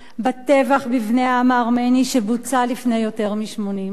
בטבח בבני העם הארמני שבוצע לפני יותר מ-80 שנה.